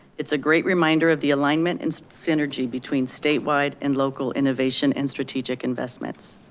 it's a great reminder of the alignment and synergy between statewide and local innovation and strategic investments.